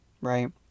right